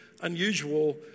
unusual